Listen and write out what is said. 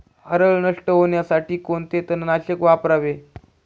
हरळ नष्ट होण्यासाठी कोणते तणनाशक वापरावे?